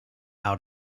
out